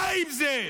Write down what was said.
די עם זה.